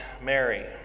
Mary